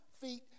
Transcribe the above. feet